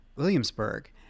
Williamsburg